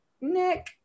nick